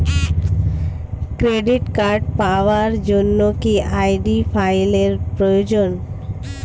Credit card পাওয়ার জন্য কি আই.ডি ফাইল এর প্রয়োজন?